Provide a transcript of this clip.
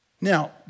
Now